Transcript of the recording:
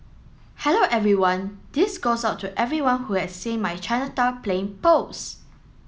hello everyone this goes out to everyone who has seen my Chinatown plane post